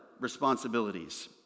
responsibilities